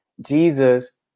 Jesus